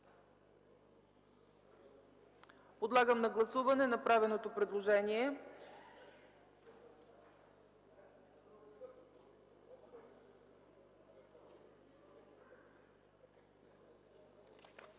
Подлагам на гласуване направеното предложение.